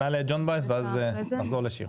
נעלה את ג'ון ברייס ואז נחזור לשירה.